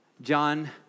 John